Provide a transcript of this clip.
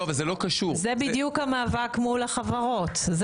זה בדיוק המאבק מול החברות,